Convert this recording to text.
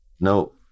No